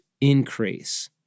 increase